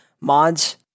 mods